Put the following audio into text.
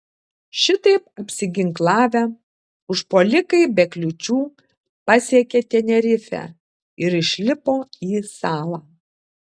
šitaip apsiginklavę užpuolikai be kliūčių pasiekė tenerifę ir išlipo į salą